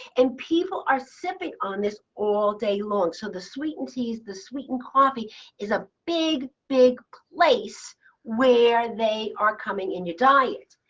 and people are sipping on this all day long. so the sweetened teas, the sweetened coffee is a big, big place where they are coming in your diet.